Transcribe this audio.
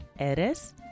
eres